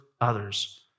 others